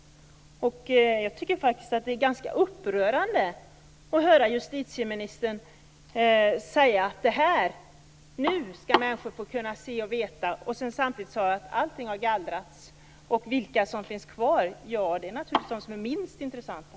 Jag tycker faktiskt att det är ganska upprörande att höra justitieministern säga: Nu skall människor få kunna se och veta. Samtidigt vet man att allting har gallrats. De som finns kvar är naturligtvis de som är minst intressanta.